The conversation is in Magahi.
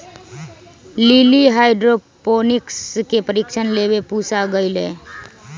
लिली हाइड्रोपोनिक्स के प्रशिक्षण लेवे पूसा गईलय